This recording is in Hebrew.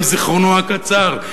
עם זיכרונו הקצר,